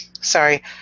sorry